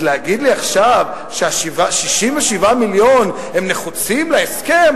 אז להגיד לי עכשיו ש-67 המיליון נחוצים להסכם,